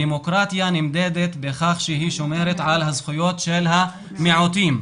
דמוקרטיה נמדדת בכך שהיא שומרת על הזכויות של המיעוטים.